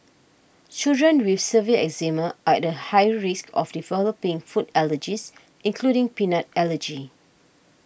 children with severe eczema are at a higher risk of developing food allergies including peanut allergy